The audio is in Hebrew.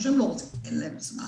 אין להם זמן